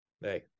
Hey